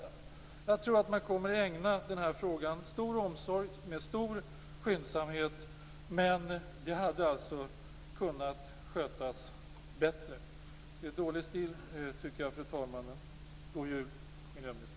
Jag tror nämligen att man kommer att ägna frågan stor omsorg och att det kommer att bli stor skyndsamhet. Detta hade alltså kunnat skötas bättre. Jag tycker att det är dålig stil, fru talman! God jul, miljöministern!